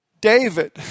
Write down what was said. David